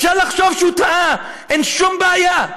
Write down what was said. אפשר לחשוב שהוא טעה, אין שום בעיה.